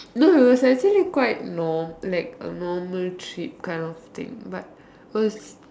no it was actually quite norm like a normal trip kind of thing but was